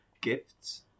gifts